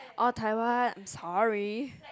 oh taiwan I'm sorry